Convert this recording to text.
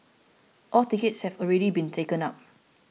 all tickets have already been taken up